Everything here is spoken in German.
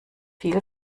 viele